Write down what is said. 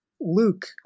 Luke